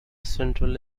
central